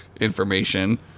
information